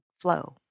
flow